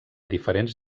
diferents